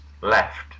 left